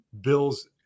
Bills